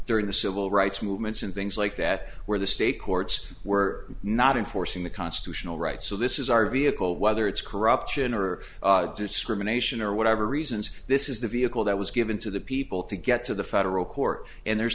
during the civil rights movements and things like that where the state courts were not enforcing the constitutional right so this is our vehicle whether it's corruption or discrimination or whatever reasons this is the vehicle that was given to the people to get to the federal court and there's